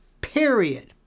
Period